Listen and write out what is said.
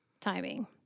timing